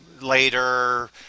later